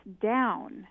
down